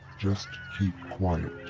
just keep quiet.